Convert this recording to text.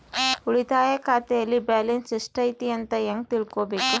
ಉಳಿತಾಯ ಖಾತೆಯಲ್ಲಿ ಬ್ಯಾಲೆನ್ಸ್ ಎಷ್ಟೈತಿ ಅಂತ ಹೆಂಗ ತಿಳ್ಕೊಬೇಕು?